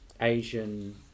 asian